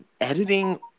Editing